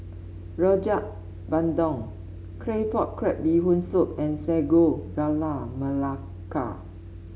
Rojak Bandung Claypot Crab Bee Hoon Soup and Sago Gula Melaka